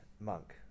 monk